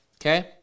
okay